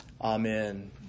Amen